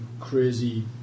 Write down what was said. crazy